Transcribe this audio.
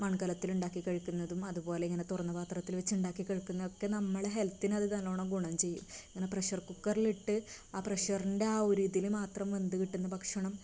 മൺകലത്തിലുണ്ടാക്കി കഴിക്കുന്നതും അതുപോലെ ഇങ്ങനെ തുറന്ന പാത്രത്തില് വെച്ച് ഉണ്ടാക്കി കഴിക്കുന്ന ഒക്കെ നമ്മളെ ഹെൽത്തിന് അത് നല്ലോണം ഗുണം ചെയ്യും ഇങ്ങനെ പ്രഷർ കുക്കറിലിട്ട് ആ പ്രഷറിൻ്റെ ആ ഒരിതില് മാത്രം വെന്ത് കിട്ടുന്ന ഭക്ഷണം